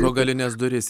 pro galines duris